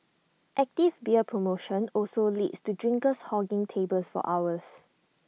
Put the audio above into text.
active beer promotion also leads to drinkers hogging tables for hours